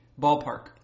ballpark